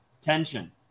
tension